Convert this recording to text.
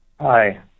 Hi